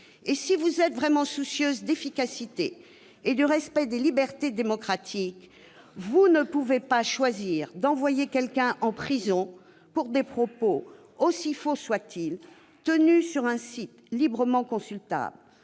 Si vous être vraiment soucieuse d'efficacité et du respect des libertés démocratiques, vous ne pouvez pas choisir d'envoyer quelqu'un en prison pour des propos, aussi faux soient-ils, tenus sur un site librement consultable.